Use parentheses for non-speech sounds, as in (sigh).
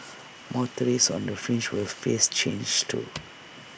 motorists on the fringe will face changes too (noise)